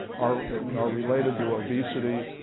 are are related to obesity,